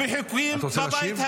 אתה רוצה להשיב?